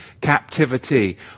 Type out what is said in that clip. captivity